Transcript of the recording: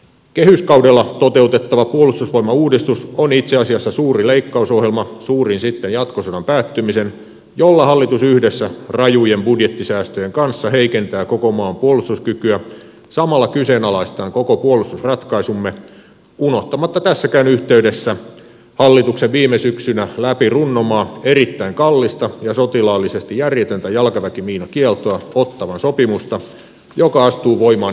kehyskaudella toteutettava puolustusvoimauudistus on itse asiassa suuri leikkausohjelma suurin sitten jatkosodan päättymisen jolla hallitus yhdessä rajujen budjettisäästöjen kanssa heikentää koko maan puolustuskykyä samalla kyseenalaistaen koko puolustusratkaisumme unohtamatta tässäkään yhteydessä hallituksen viime syksynä läpi runnomaa erittäin kallista ja sotilaallisesti järjetöntä jalkaväkimiinakieltoa ottawan sopimusta joka astuu voimaan ensi kuussa